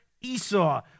Esau